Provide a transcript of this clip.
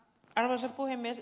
arvoisa puhemies